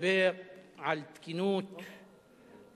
שמדבר על תקינות,